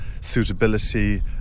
suitability